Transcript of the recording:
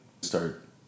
start